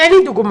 תן לי דוגמה.